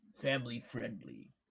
Family-friendly